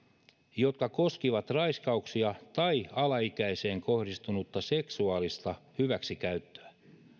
jotka koskivat raiskauksia tai alaikäiseen kohdistunutta seksuaalista hyväksikäyttöä